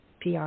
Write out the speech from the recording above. PR